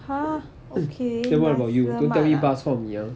!huh! okay nasi lemak ah